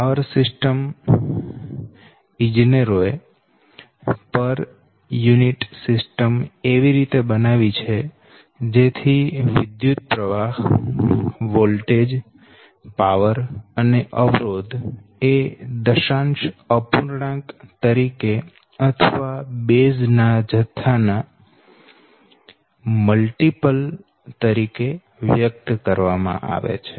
power system ઇજનેરો એ પર યુનિટ સિસ્ટમ એવી રીતે બનાવી છે જેથી વિદ્યુતપ્રવાહ વોલ્ટેજ પાવર અને અવરોધ એ દશાંશ અપૂર્ણાંક તરીકે અથવા બેઝ ના જથ્થા ના મલ્ટીપલ તરીકે વ્યક્ત કરવામાં આવે છે